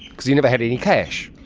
because he never had any cash.